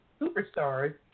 superstars